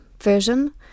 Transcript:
version